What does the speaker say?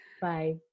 bye